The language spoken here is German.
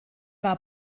war